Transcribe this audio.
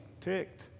ticked